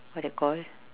what they call